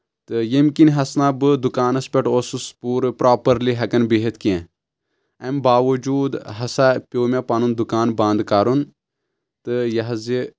تہٕ ییٚمہِ کِنۍ ہسنا بہٕ دُکانس پؠٹھ اوسُس پوٗرٕ پروپرلی ہؠکان بیٚہِتھ کینٛہہ اَمہِ باوجوٗد ہسا پیٚو مےٚ پنُن دُکان بنٛد کرُن تہٕ یہِ حظ یہِ